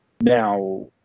Now